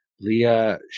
Leah